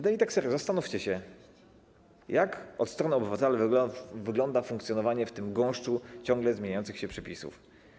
No i tak serio, zastanówcie się, jak od strony obywatela wygląda funkcjonowanie w tym gąszczu ciągle zmieniających się przepisów.